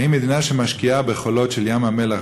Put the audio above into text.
האם מדינה שמשקיעה בחולות של ים-המלח,